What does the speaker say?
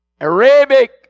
arabic